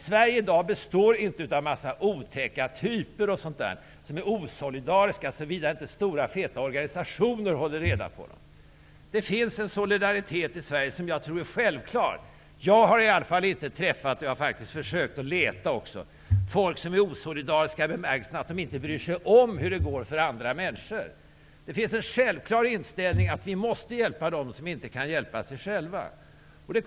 Sverige består i dag inte av en massa otäcka typer som är osolidariska, såvida inte stora, feta organisationer håller reda på dem. Det finns en solidaritet i Sverige som jag tror är självklar. Jag har i varje fall inte träffat folk -- trots att jag har försökt -- som är osolidariska i den bemärkelsen att de inte bryr sig om hur det går för andra människor. Det finns en självklar inställning att vi måste hjälpa dem som inte kan hjälpa sig själva. Så är det.